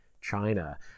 China